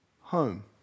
home